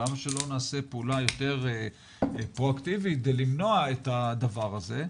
למה שלא נעשה פעולה יותר פרואקטיבית כדי למנוע את הדבר הזה?